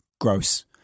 Gross